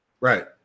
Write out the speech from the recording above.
right